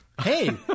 Hey